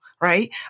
right